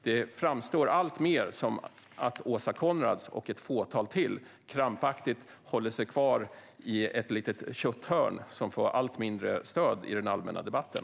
Det framstår alltmer som att Åsa Coenraads och ett fåtal till krampaktigt håller sig kvar i ett litet kötthörn som får allt mindre stöd i den allmänna debatten.